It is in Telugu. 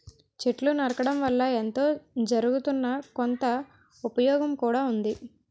చెట్లు నరకడం వల్ల ఎంతో జరగుతున్నా, కొంత ఉపయోగం కూడా ఉంది